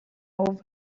over